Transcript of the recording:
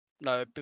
No